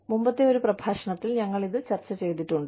മുമ്പത്തെ ഒരു പ്രഭാഷണത്തിൽ ഞങ്ങൾ ഇത് ചർച്ച ചെയ്തിട്ടുണ്ട്